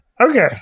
Okay